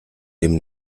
dem